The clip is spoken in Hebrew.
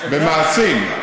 במעשים,